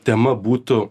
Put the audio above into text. tema būtų